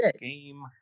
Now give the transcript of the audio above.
game